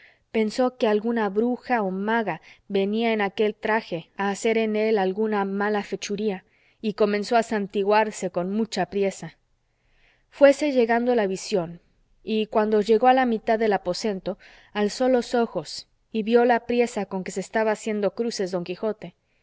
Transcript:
pensó que alguna bruja o maga venía en aquel traje a hacer en él alguna mala fechuría y comenzó a santiguarse con mucha priesa fuese llegando la visión y cuando llegó a la mitad del aposento alzó los ojos y vio la priesa con que se estaba haciendo cruces don quijote